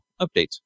updates